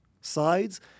sides